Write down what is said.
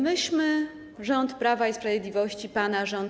Myśmy, rząd Prawa i Sprawiedliwości, pana rząd.